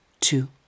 two